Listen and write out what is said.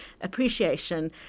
appreciation